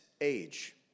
age